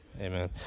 Amen